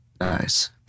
Nice